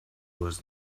was